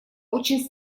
очень